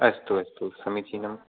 अस्तु अस्तु समीचीनं